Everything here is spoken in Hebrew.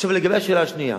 עכשיו לגבי השאלה השנייה.